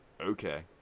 Okay